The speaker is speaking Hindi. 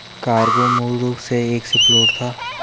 कार्गो मूल रूप से एक शिपलोड था